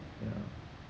ya